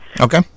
Okay